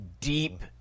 deep